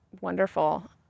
wonderful